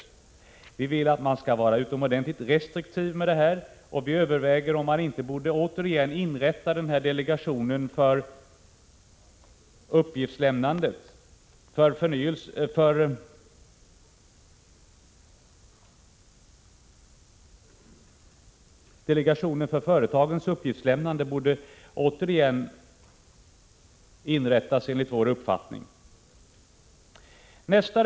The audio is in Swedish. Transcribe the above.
Vi reservanter vill att myndigheterna skall vara utomordentligt restriktiva med detta, och vi överväger om inte delegationen för företagens uppgiftslämnande återigen borde inrättas.